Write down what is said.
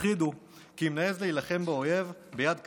הפחידו כי אם נעז להילחם באויב ביד קשה,